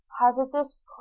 hazardous